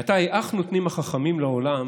מעתה היאך נותנים החכמים לעולם